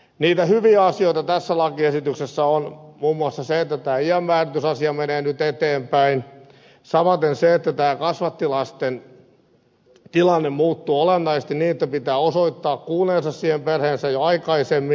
niitä hyviä asioita tässä lakiesitystä on muun muassa se että tämä iänmääritysasia menee nyt eteenpäin samaten se että tämä kasvattilasten tilanne muuttuu olennaisesti niin että heidän pitää osoittaa kuuluneensa siihen perheeseen jo aikaisemmin